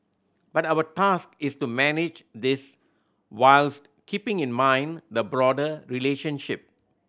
but our task is to manage this whilst keeping in mind the broader relationship